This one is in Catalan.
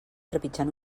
trepitjant